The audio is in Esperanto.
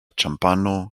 ĉampano